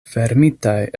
fermitaj